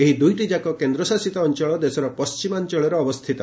ଏହି ଦୁଇଟିଯାକ କେନ୍ଦ୍ରଶାସିତ ଅଞ୍ଚଳ ଦେଶର ପଶ୍ଚିମାଞ୍ଚଳରେ ଅବସ୍ଥିତ